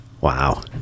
wow